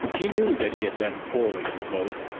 he knew that he had done poorly in the boat,